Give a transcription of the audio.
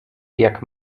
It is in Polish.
jak